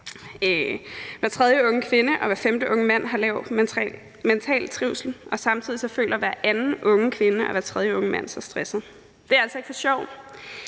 Hver tredje unge kvinde og hver femte unge mand har lav mental trivsel, og samtidig føler hver anden unge kvinde og hver tredje unge mand sig stresset. Det er altså ikke for sjov.